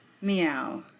Meow